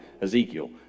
Ezekiel